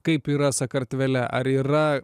kaip yra sakartvele ar yra